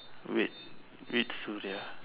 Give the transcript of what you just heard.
wait which